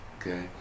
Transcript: Okay